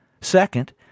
Second